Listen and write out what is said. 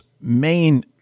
main